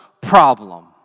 problem